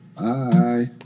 Bye